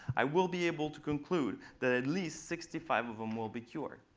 i will be able to conclude that at least sixty five of them will be cured,